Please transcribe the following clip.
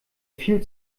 viel